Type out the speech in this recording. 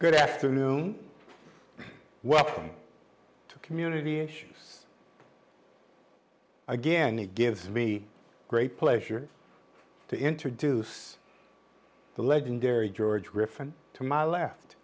good afternoon welcome to community again it gives me great pleasure to introduce the legendary george griffen to my left